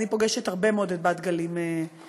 אני פוגשת הרבה מאוד את בת גלים שער,